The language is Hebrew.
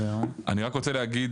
אני רק רוצה להגיד,